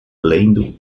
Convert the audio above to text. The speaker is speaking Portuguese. lendo